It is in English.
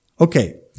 Okay